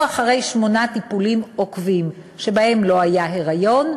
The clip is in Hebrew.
או אחרי שמונה טיפולים עוקבים שבהם לא היה היריון,